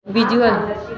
visual